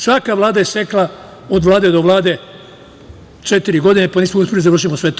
Svaka Vlada je sekla, od Vlade do Vlade četiri godine, pa nismo uspeli da završimo sve to.